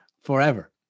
forever